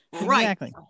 right